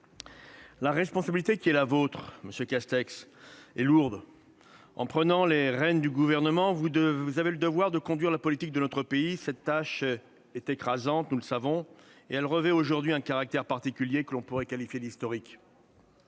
la responsabilité qui est la vôtre, monsieur Castex, est lourde. En prenant les rênes du Gouvernement, vous avez le devoir de conduire la politique de notre pays. Cette tâche est écrasante, nous le savons, et elle revêt aujourd'hui un caractère particulier, que l'on pourrait qualifier d'historique.